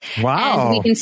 Wow